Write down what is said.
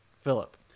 Philip